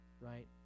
right